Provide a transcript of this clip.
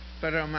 para